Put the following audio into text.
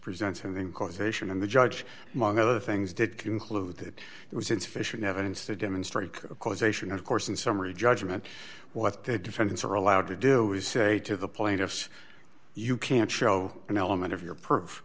presented in causation and the judge among other things did conclude that there was insufficient evidence to demonstrate causation of course in summary judgment what that defendants are allowed to do is say to the plaintiffs you can't show an element of your proof